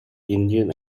engine